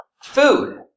food